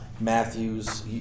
matthew's